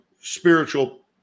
spiritual